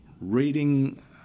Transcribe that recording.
reading